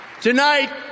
Tonight